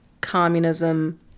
communism